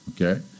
okay